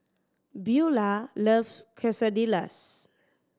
Beaulah loves Quesadillas